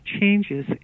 changes